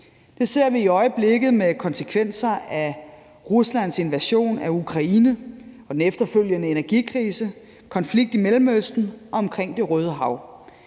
Det ser vi i øjeblikket med konsekvenser af Ruslands invasion af Ukraine og den efterfølgende energikrise, konflikt i Mellemøsten og omkring Det Røde Hav.